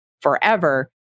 forever